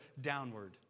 downward